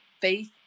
faith